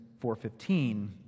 4.15